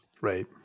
Right